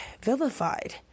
vilified